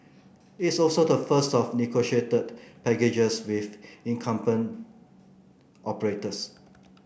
it's also the first of negotiated packages with incumbent operators